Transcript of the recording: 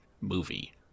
movie